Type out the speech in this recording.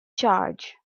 charge